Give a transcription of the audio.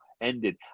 ended